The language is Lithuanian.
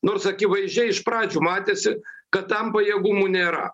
nors akivaizdžiai iš pradžių matėsi kad tam pajėgumų nėra